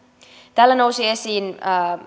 täällä nousi esiin